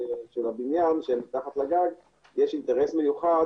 של הבניין שמתחת לגג יש אינטרס מיוחד